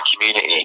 community